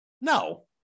No